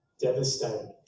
devastated